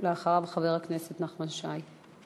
אחריו, חבר הכנסת נחמן שי.